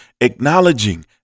acknowledging